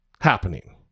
happening